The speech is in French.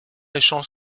échange